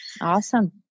Awesome